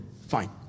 Fine